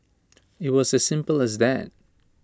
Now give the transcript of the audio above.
IT was as simple as that